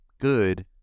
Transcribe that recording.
good